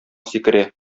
сикерә